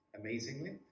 amazingly